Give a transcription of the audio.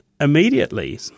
immediately